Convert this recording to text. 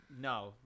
No